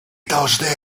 должны